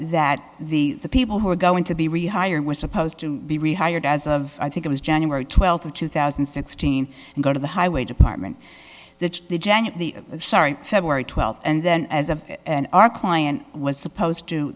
that the people who were going to be rehired were supposed to be rehired as of i think it was january twelfth of two thousand and sixteen and go to the highway department the jan the sorry february twelfth and then as a our client was supposed to